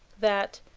that,